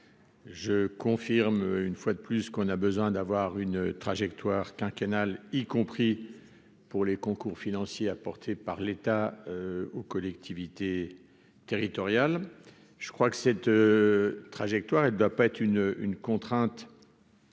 je confirme une fois de plus, qu'on a besoin d'avoir une trajectoire quinquennal, y compris pour les concours financiers apportés par l'État aux collectivités territoriales, je crois que cette trajectoire, elle ne doit pas être une une contrainte.